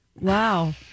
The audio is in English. Wow